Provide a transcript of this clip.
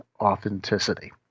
authenticity